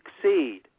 succeed